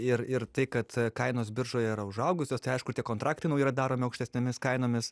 ir ir tai kad kainos biržoje yra užaugusios tai aišku ir tie kontraktai nauji yra daromi aukštesnėmis kainomis